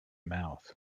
mouth